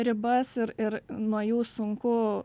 ribas ir ir nuo jų sunku